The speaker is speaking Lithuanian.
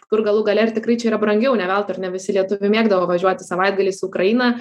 kur galų gale ar tikrai čia yra brangiau ne veltui ar ne visi lietuviai mėgdavo važiuoti savaitgaliais į ukrainą